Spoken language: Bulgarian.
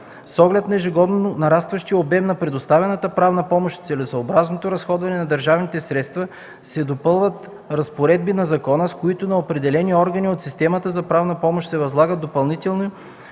С оглед на ежегодно нарастващия обем на предоставената правна помощ и целесъобразното разходване на държавните средства се допълват разпоредби на закона, с които на определени органи от системата за правна помощ се възлагат допълнителни